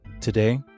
Today